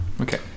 okay